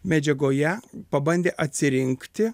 medžiagoje pabandė atsirinkti